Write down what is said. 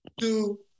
two